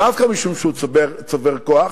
דווקא משום שהוא הולך וצובר כוח,